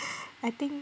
I think